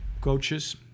Coaches